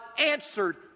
answered